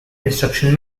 instruction